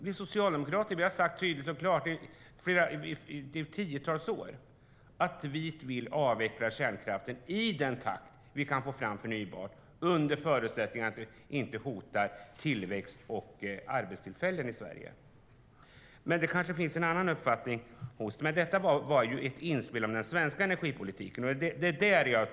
Vi socialdemokrater har sagt tydligt och klart i tiotals år att vi vill avveckla kärnkraften i den takt vi kan få fram förnybart under förutsättning att det inte hotar tillväxt och arbetstillfällen i Sverige. Statsrådet kanske har en annan uppfattning. Men jag ser detta som ett inspel i den svenska energipolitiken.